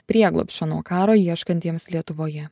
prieglobsčio nuo karo ieškantiems lietuvoje